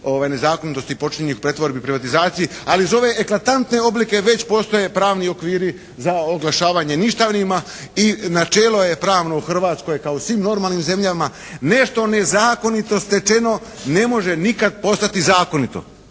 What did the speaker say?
nezakonitosti počinjenih pretvorbi privatizaciji. Ali za ove eklatantne oblike već postoje pravni okviri za oglašavanje ništavnima i načelo je pravno u Hrvatskoj kao svim normalnim zemljama nešto nezakonito stečeno ne može nikad postati zakonito.